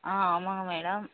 ஆ ஆமாம்ங்க மேடம்